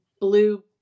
blue